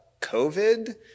COVID